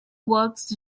works